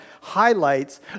highlights